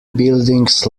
buildings